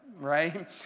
right